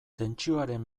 tentsioaren